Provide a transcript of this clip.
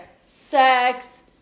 sex